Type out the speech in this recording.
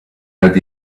red